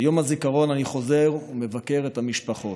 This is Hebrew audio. ביום הזיכרון אני חוזר ומבקר את המשפחות.